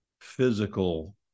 physical